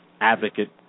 advocate